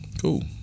cool